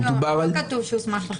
דובר --- לא כתוב "שהוסמך לכך",